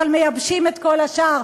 אבל מייבשים את כל השאר.